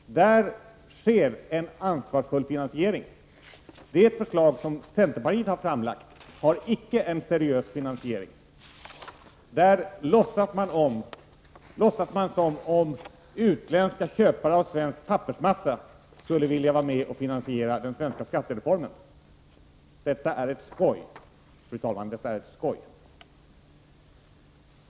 Där sker en ansvarsfull finansiering. Det förslag som centerpartiet har framlagt har inte en seriös finansiering. Där låtsas man som om utländska köpare av svensk pappersmassa skulle vilja vara med och finansiera den svenska skattereformen. Detta är ett skoj, fru talman, detta är ett skoj!